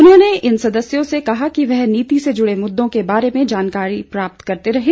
उन्होंने इन सदस्यों से कहा कि वे नीति से जुडे मुद्दों के बारे में जानकारी प्राप्त करते रहें